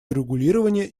урегулирования